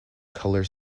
colour